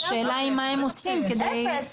השאלה היא מה הם עושים כדי --- אפס,